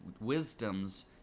wisdom's